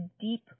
deep